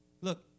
Look